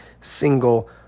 single